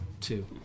two